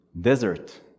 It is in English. desert